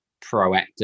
proactive